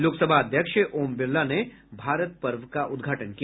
लोकसभा अध्यक्ष ओम बिरला ने भारत पर्व का उद्घाटन किया